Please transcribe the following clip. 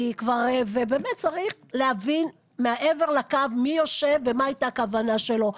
ובאמת צריך להבין מי יושב מעבר לקו ומה הייתה הכוונה שלו.